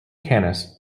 cannes